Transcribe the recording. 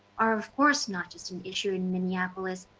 are of course not just an issue in minneapolis,